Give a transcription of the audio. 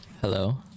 Hello